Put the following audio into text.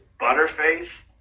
butterface